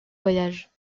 voyages